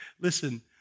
Listen